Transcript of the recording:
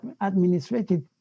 administrative